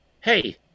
Hey